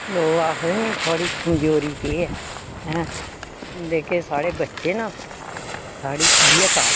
लोग आखदे नी कि थुआढ़ी कमजोरी केह् ऐ ऐं जेह्के साढ़े बच्चे ना साढ़ी इ'यै ताकत ऐ